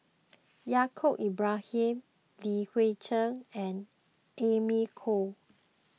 Yaacob Ibrahim Li Hui Cheng and Amy Khor